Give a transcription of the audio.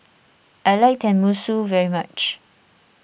I like Tenmusu very much